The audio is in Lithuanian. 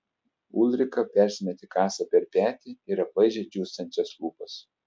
ulrika persimetė kasą per petį ir aplaižė džiūstančias lūpas